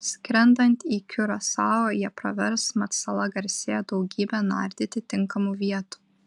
skrendant į kiurasao jie pravers mat sala garsėja daugybe nardyti tinkamų vietų